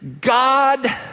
God